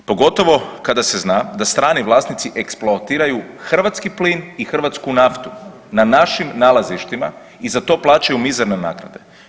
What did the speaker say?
Pogotovo kada se zna da strani vlasnici eksploatiraju hrvatski plin i hrvatsku naftu na našim nalazištima i za to plaćaju mizerne naknade.